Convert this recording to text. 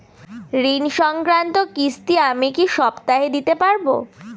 ঋণ সংক্রান্ত কিস্তি আমি কি সপ্তাহে দিতে পারবো?